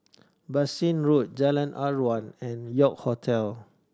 Bassein Road Jalan Aruan and York Hotel